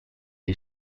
est